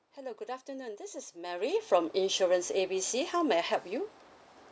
hello good afternoon this is mary from insurance A B C how may I help you